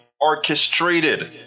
orchestrated